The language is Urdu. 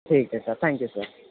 ٹھیک ہے سر تھینک یو سر